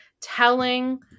telling